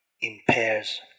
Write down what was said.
impairs